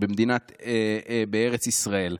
בארץ ישראל.